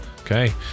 Okay